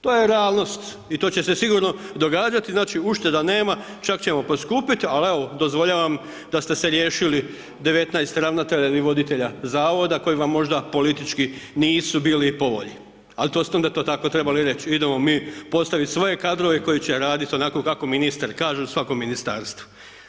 To je realnost i to će se sigurno događati, znači, ušteda nema, čak ćemo poskupit, al evo, dozvoljavam da ste se riješili 19 ravnatelja ili voditelja Zavoda koji vam možda politički nisu bili po volji, ali to ste onda tako trebali reć, idemo mi postaviti svoje kadrove koji će raditi onako kako ministri kažu svakom Ministarstvu.